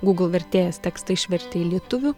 gugl vertėjas tekstą išvertė į lietuvių